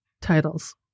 titles